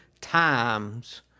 times